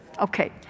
Okay